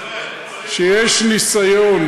כשיש ניסיון,